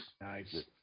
Nice